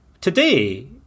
today